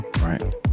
right